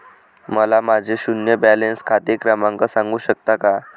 मला माझे शून्य बॅलन्स खाते क्रमांक सांगू शकता का?